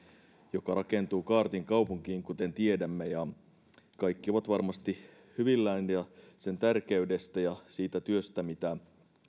joka rakentuu kaartinkaupunkiin kuten tiedämme kaikki ovat varmasti hyvillään sen tärkeydestä ja siitä työstä mitä